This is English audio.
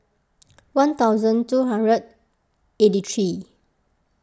one thousand two hundred eighty three